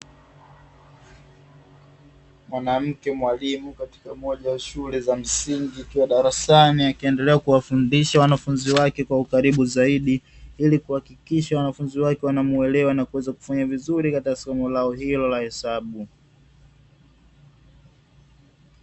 Mwanamke mwalimu katika moja ya shule za msingi akiwa darasani akiendelea kuwafundisha wanafunzi wake kwa ukaribu zaidi, ili kuhakikisha wanafunzi wake wanamuelewa na kuweza kufanya vizuri katika somo lao hilo la hesabu.